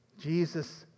Jesus